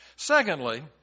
Secondly